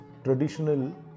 Traditional